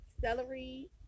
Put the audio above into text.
celery